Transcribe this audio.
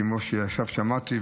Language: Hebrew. כמו שעכשיו שמעתי,